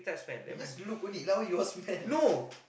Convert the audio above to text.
you just look only lah why you all smell